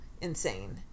Insane